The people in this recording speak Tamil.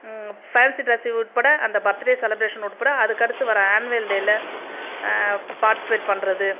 ஃபேன்சி ட்ரெஸ் உட்பட அந்த பர்த்டே செலிப்ரேஷன் உட்பட அதுக்கடுத்து வர ஆன்வல் டேவில் பார்ட்டிசிபேட் பண்ணுறது